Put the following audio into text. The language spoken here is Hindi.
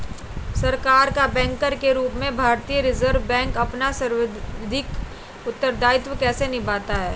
सरकार का बैंकर के रूप में भारतीय रिज़र्व बैंक अपना सांविधिक उत्तरदायित्व कैसे निभाता है?